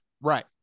Right